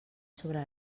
sobre